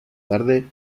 tarde